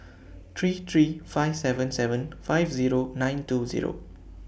three three five seven seven five Zero nine two Zero